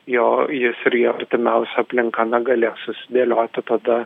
jo jis ir jo artimiausia aplinka na galės susidėlioti tada